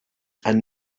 and